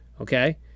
okay